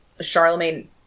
Charlemagne